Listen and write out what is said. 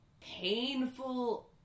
painful